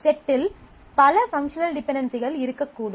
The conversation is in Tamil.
செட்டில் பல பங்க்ஷனல் டிபென்டென்சிகள் இருக்கக்கூடும்